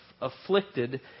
afflicted